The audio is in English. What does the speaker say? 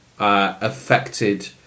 Affected